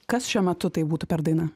kas šiuo metu tai būtų per daina